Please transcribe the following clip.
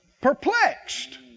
Perplexed